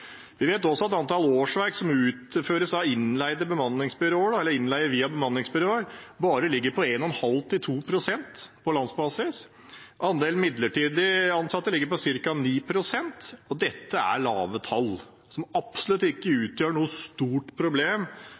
Vi vet også at antall årsverk som utføres av innleide via bemanningsbyråer, bare ligger på 1,5–2 pst. på landsbasis. Andelen midlertidig ansatte ligger på ca. 9 pst., og dette er lave tall som absolutt ikke utgjør noe stort problem,